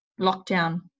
lockdown